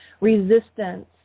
resistance